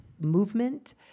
movement